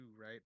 right